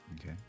Okay